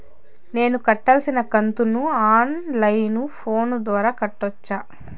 నేను కట్టాల్సిన కంతును ఆన్ లైను ఫోను ద్వారా కట్టొచ్చా?